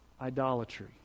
idolatry